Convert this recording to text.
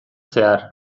zehar